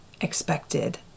expected